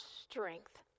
strength